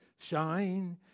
shine